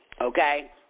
Okay